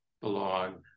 belong